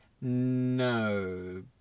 No